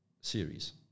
series